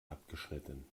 abgeschnitten